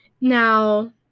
Now